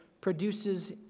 produces